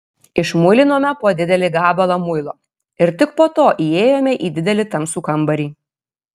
išmuilinome po didelį gabalą muilo ir tik po to įėjome į didelį tamsų kambarį